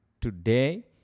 today